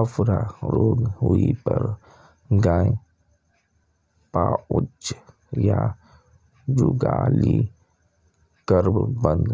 अफरा रोग होइ पर गाय पाउज या जुगाली करब बंद